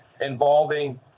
involving